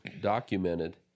documented